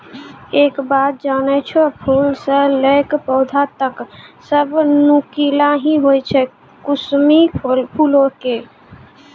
एक बात जानै छौ, फूल स लैकॅ पौधा तक सब नुकीला हीं होय छै कुसमी फूलो के